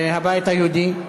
השר שלום, הבית היהודי.